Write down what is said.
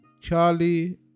charlie